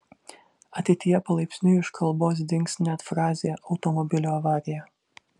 ateityje palaipsniui iš kalbos dings net frazė automobilio avarija